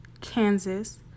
Kansas